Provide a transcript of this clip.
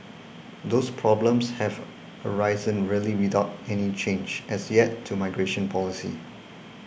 those problems have arisen really without any change as yet to migration policy